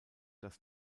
das